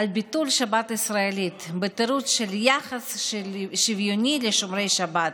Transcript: על ביטול שבת ישראלית בתירוץ של יחס שוויוני לשומרי שבת.